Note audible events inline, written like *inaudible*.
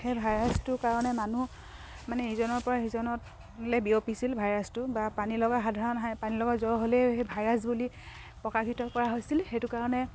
সেই ভাইৰাছটোৰ কাৰণে মানুহ মানে ইজনৰপৰা সিজনলৈ বিয়পিছিল ভাইৰাছটো বা পানী লগা সাধাৰণ *unintelligible* পানী লগা জ্বৰ হ'লেই সেই ভাইৰাছ বুলি প্ৰকাশিত কৰা হৈছিল সেইটো কাৰণে